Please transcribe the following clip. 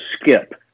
skip